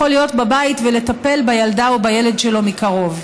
להיות בבית ולטפל בילדה או בילד שלו מקרוב.